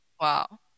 Wow